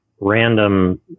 random